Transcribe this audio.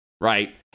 right